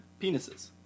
penises